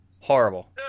Horrible